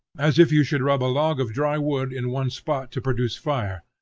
as if you should rub a log of dry wood in one spot to produce fire,